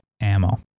ammo